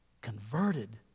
converted